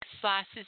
slices